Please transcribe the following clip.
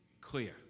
clear